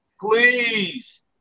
Please